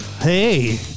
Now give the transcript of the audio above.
Hey